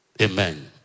amen